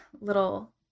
little